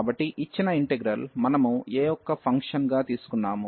కాబట్టి ఇచ్చిన ఇంటిగ్రల్ మనము a యొక్క ఫంక్షన్ గా తీసుకున్నాము